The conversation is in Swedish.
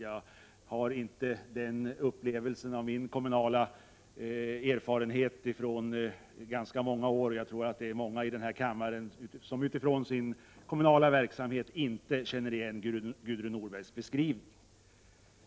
Detta är inte min kommunala erfarenhet efter ganska många års verksamhet. Jag tror att det är många i denna kammare som utifrån sin kommunala verksamhet inte känner igen sig i Gudrun Norbergs beskrivning.